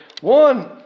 One